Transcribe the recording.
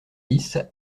dix